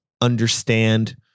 understand